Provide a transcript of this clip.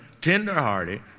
tenderhearted